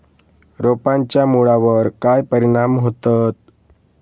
रोपांच्या मुळावर काय परिणाम होतत?